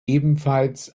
ebenfalls